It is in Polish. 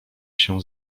się